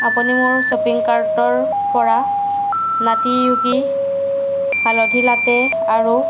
আপুনি মোৰ শ্বপিং কাৰ্টৰ পৰা নাটী য়োগীজ হালধি লাটে আৰু